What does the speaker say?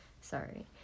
sorry